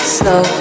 Slow